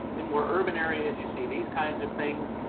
in more urban areas you see these kinds of things.